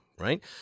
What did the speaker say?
right